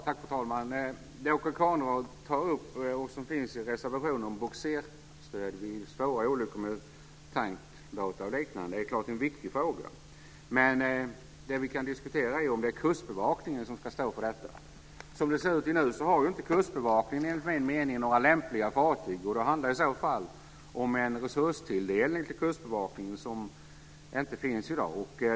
Fru talman! Det Åke Carnerö tar upp, och som finns i reservationen, om bogserstöd vid svåra olyckor med tankbåtar och liknande är så klart en viktig fråga. Men det vi kan diskutera är om det är Kustbevakningen som ska stå för detta. Som det ser ut nu har inte Kustbevakningen enligt min mening några lämpliga fartyg. I så fall handlar det om en resurstilldelning till Kustbevakningen som inte finns i dag.